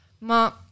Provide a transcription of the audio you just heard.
ma